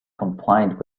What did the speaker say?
compliant